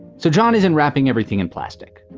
so john is and wrapping everything in plastic.